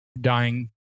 dying